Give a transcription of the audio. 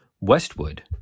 Westwood